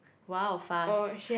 !wow! fast